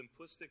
simplistic